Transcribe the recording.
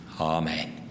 Amen